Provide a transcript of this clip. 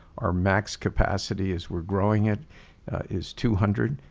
our max capacity as we're growing it is two hundred.